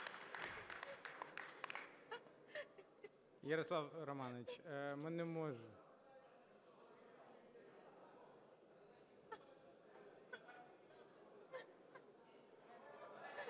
Ярославе Романовичу, ми не можемо…